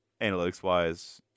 analytics-wise